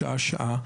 שעה-שעה,